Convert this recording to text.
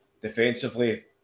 Defensively